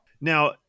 Now